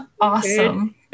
awesome